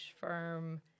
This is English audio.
firm